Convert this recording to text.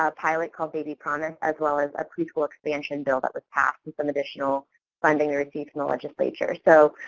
ah pilot called baby promise, as well as a preschool expansion bill that was passed and some additional funding received from the legislature. so,